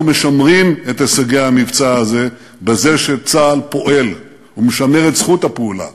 אנחנו משמרים את הישגי המבצע הזה בזה שצה"ל פועל ומשמר את זכות הפעולה